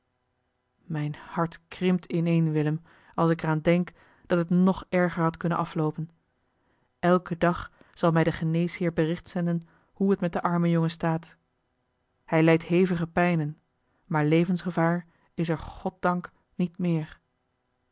mijn hart krimpt ineen willem als ik er aan denk dat het nog erger had kunnen afloopen elken dag zal mij de geneesheer bericht zenden hoe het met den armen jongen staat hij lijdt hevige pijnen maar levensgevaar is er goddank niet meer